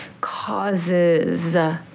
causes